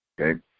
okay